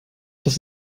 das